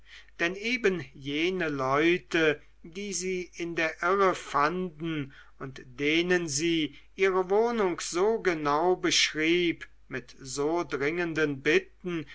denn eben jene leute die sie in der irre fanden und denen sie ihre wohnung so genau beschrieb mit so dringenden bitten